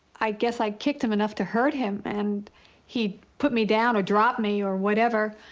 i guess, i kicked him enough to hurt him. and he put me down, or dropped me, or whatever.